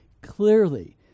Clearly